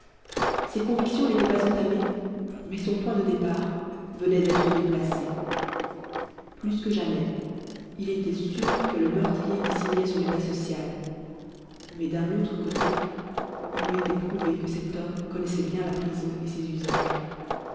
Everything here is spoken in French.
ses convictions n'étaient pas entamées mais son point de départ venait d'être déplacé plus que jamais il était sûr que le meurtrier dissimulait son état social mais d'un autre côté il lui était prouvé que cet homme connaissait bien la prison et ses usages